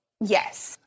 Yes